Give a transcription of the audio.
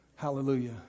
Hallelujah